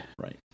right